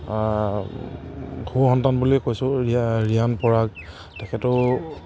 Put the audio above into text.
ঘৰৰ সন্তান বুলিয়ে কৈছোঁ ৰিয়া ৰিয়ান পৰাগ তেখেতো